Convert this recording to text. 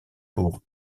pour